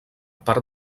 part